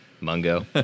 mungo